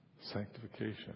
Sanctification